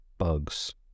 bugs